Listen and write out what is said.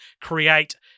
create